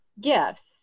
gifts